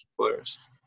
players